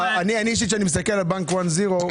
כשאני מסתכל על בנק One Zero,